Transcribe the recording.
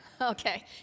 Okay